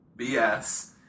BS